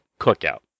cookout